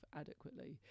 adequately